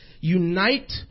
unite